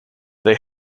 they